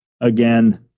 again